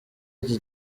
iki